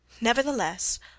Nevertheless